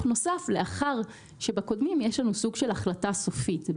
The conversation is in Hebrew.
נוסף לאחר שבקודמים יש לנו סוג של החלטה סופית.